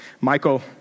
Michael